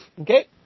Okay